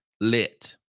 lit